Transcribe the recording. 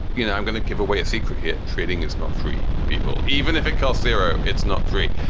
you know, i'm going to give away a secret here. trading is not free. people, even if it cost zero, it's not free.